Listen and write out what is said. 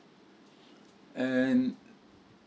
and